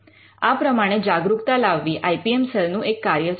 આ પ્રમાણે જાગરૂકતા લાવવી આઇ પી એમ સેલ નું એક કાર્ય છે